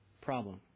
problem